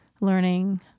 learning